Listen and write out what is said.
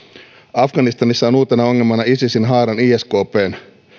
afganistanissa on uutena ongelmana isisin haaran iskpn